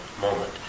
moment